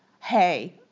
hey